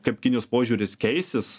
kaip kinijos požiūris keisis